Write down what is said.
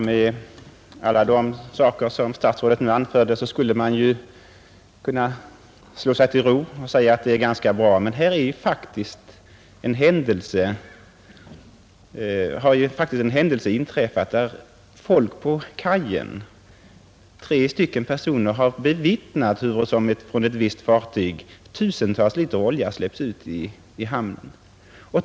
Herr talman! Efter det statsrådet nu anfört skulle man kanske kunna slå sig till ro och säga att allt är ganska bra, men här har ju ändå inträffat en händelse, där tre personer från kajen har bevittnat att olja släppts ut i hamnen från ett visst fartyg.